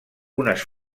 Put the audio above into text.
unes